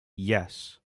yes